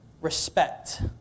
respect